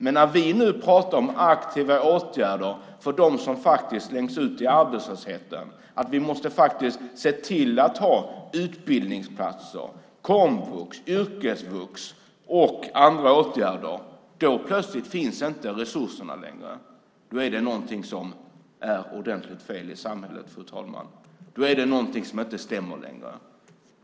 Men när vi nu pratar om aktiva åtgärder för dem som slängs ut i arbetslösheten och säger att vi måste se till att det finns utbildningsplatser, komvux, yrkesvux och andra åtgärder finns plötsligt inte resurserna längre. Då är det någonting som är ordentligt fel i samhället, fru talman. Då är det någonting som inte stämmer längre.